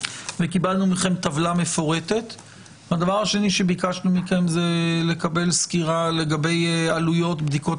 וקיבלנו מכם טבלה מפורטת; 2. ביקשנו סקירה לגבי עלויות בדיקות